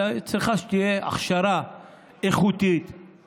צריך שתהיה הכשרה איכותית,